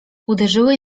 uderzyły